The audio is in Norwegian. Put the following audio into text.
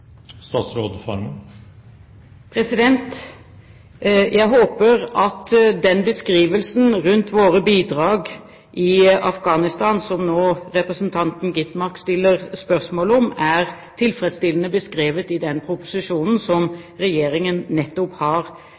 Jeg håper at den beskrivelsen rundt våre bidrag i Afghanistan som representanten Gitmark nå stiller spørsmål om, er tilfredsstillende beskrevet i den proposisjonen som Regjeringen nettopp har